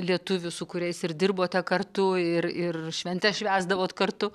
lietuvių su kuriais ir dirbote kartu ir ir šventes švęsdavot kartu